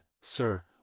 Sir